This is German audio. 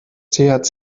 thc